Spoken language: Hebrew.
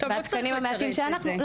והקטנים המעטים שאנחנו --- טוב,